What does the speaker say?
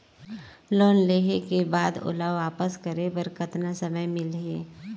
Loan लेहे के बाद ओला वापस करे बर कतना समय मिलही?